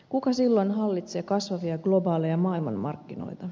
kuka silloin hallitsee kasvavia globaaleja maailmanmarkkinoita